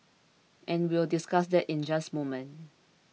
and we will discuss that in just moment